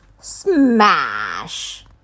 Smash